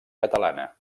catalana